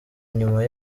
inyuma